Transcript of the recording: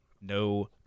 No